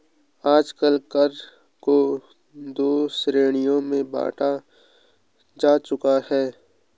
आजकल कर को दो श्रेणियों में बांटा जा चुका है